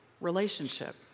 relationship